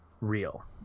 real